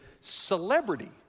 celebrity